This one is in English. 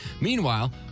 Meanwhile